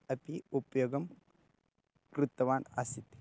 अपि उपयोगं कृतवान् आसीत्